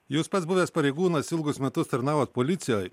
jūs pats buvęs pareigūnas ilgus metus tarnavot policijoj